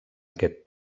aquest